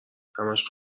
همش